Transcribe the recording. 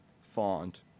font